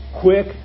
quick